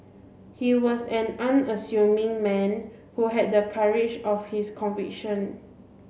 he was an unassuming man who had the courage of his conviction